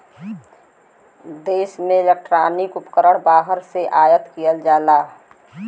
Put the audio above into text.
देश में इलेक्ट्रॉनिक उपकरण बाहर से आयात किहल जाला